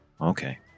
Okay